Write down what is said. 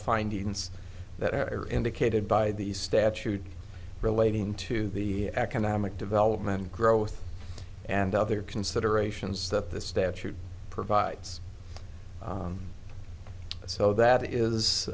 findings that are indicated by the statute relating to the economic development growth and other considerations that the statute provides so that is